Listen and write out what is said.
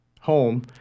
home